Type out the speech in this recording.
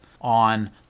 on